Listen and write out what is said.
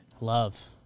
Love